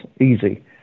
easy